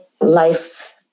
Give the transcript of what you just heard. life